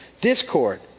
discord